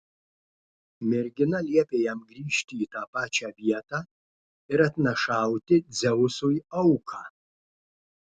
mergina liepė jam grįžti į tą pačią vietą ir atnašauti dzeusui auką